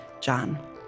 John